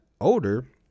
older